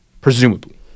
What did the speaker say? presumably